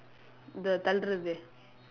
the there